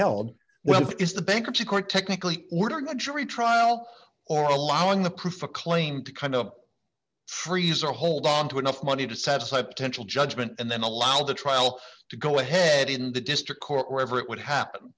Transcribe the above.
held well is the bankruptcy court technically ordering a jury trial or allowing the proof a claim to kind of trees or hold on to enough money to satisfy potential judgment and then allow the trial to go ahead in the district court wherever it would happen